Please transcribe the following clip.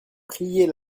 prier